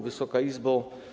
Wysoka Izbo!